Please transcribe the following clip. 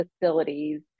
facilities